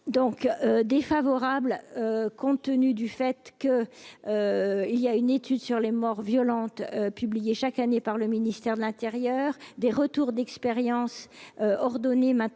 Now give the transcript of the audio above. Donc défavorable compte tenu du fait que, il y a une étude sur les morts violentes, publié chaque année par le ministère de l'Intérieur, des retours d'expérience ordonné maintenant